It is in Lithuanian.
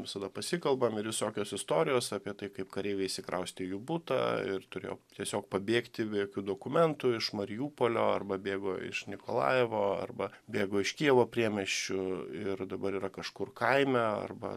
visada pasikalbam ir visokios istorijos apie tai kaip kareiviai įsikraustė į jų butą ir turėjo tiesiog pabėgti be jokių dokumentų iš mariupolio arba bėgo iš nikolajevo arba bėgo iš kijevo priemiesčių ir dabar yra kažkur kaime arba